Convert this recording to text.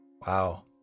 Wow